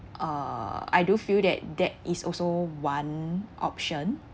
uh I do feel that that is also one option